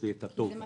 זה מה